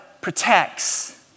protects